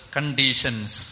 Conditions